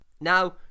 Now